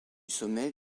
sommet